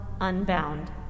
Unbound